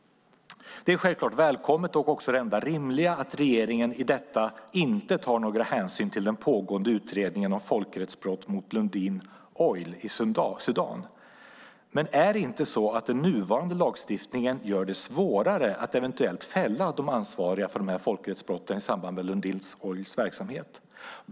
Det är självklart välkommet och också det enda rimliga att regeringen i detta inte tar några hänsyn till den pågående utredningen om folkrättsbrott mot Lundin Oil i Sudan. Men är det inte så att den nuvarande lagstiftningen gör det svårare att eventuellt fälla de ansvariga för de här folkrättsbrotten i samband med Lundin Oils verksamhet?